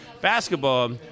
Basketball